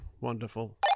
Wonderful